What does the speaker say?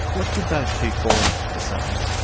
what did those two forums decide?